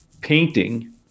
Painting